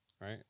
right